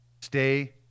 stay